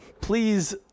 please